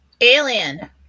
Alien